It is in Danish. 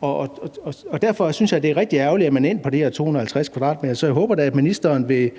det er rigtig ærgerligt, at man er endt på de her 250 m². Så jeg håber da, at ministeren vil